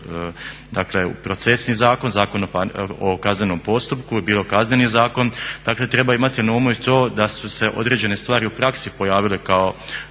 procesni zakon, Zakon o kaznenom postupku bilo Kazneni zakon, dakle treba imati na umu i to da su se određene stvari u praksi pojavile kao